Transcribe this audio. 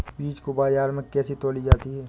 बीज को बाजार में कैसे तौली जाती है?